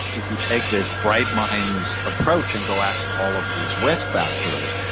if you take this bright minds approach and go after all of these risk factors,